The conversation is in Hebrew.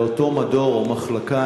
לאותו מדור או מחלקה,